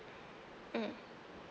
mm